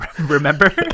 Remember